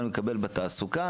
מה אני מקבל בתעסוקה?